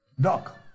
Doc